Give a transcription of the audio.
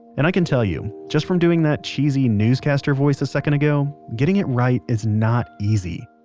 and i can tell you, just from doing that cheesy newscaster voice a second ago, getting it right is not easy.